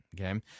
okay